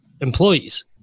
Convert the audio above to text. employees